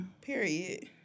period